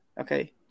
Okay